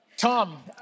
Tom